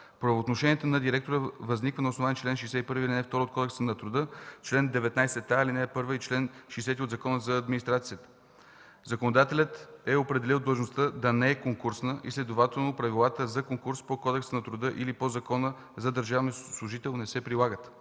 Правоотношението на директора възниква на основание чл. 61, ал. 2 от Кодекса на труда, чл. 19а, ал. 1 и чл. 60 от Закона за администрацията. Законодателят е определил длъжността да не е конкурсна и следователно правилата за конкурс по Кодекса на труда или по Закона за държавния служител не се прилагат.